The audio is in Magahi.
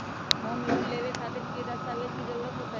होम लोन लेबे खातिर की की दस्तावेज के जरूरत होतई?